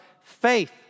faith